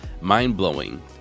mind-blowing